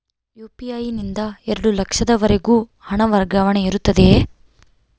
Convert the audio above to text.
UPI ನಿಂದ ಎರಡು ಲಕ್ಷದವರೆಗೂ ಹಣ ವರ್ಗಾವಣೆ ಇರುತ್ತದೆಯೇ?